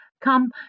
come